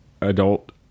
adult